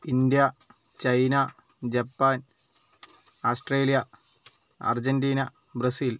India China Japan Australia Argentina Brazil